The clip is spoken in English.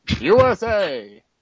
USA